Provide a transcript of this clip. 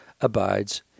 abides